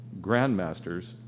Grandmasters